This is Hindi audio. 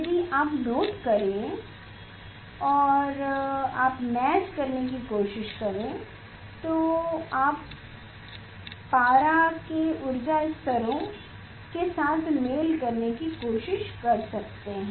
यदि आप नोट करें और आप मैच करने की कोशिश करें तो आप पारा के ऊर्जा स्तरों के साथ मेल करने की कोशिश कर सकते हैं